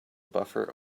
buffer